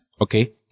Okay